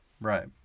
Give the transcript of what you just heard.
Right